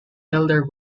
elder